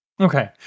Okay